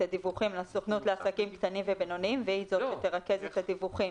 הדיווחים לסוכנות לעסקים קטנים ובינוניים והיא זו שתרכז את הדיווחים.